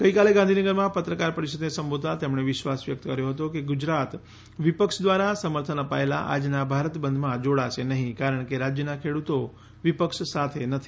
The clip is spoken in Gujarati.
ગઈકાલે ગાંધીનગરમાં પત્રકાર પરિષદને સંબોધતાં તેમણે વિશ્વાસ વ્યક્ત કર્યો હતો કે ગુજરાત વિપક્ષ દ્વારા સમર્થન અપાયેલા આજના ભારત બંધમાં જોડાશે નહીં કારણ કે રાજ્યના ખેડૂતો વિપક્ષ સાથે નથી